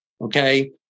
okay